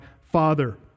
Father